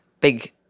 big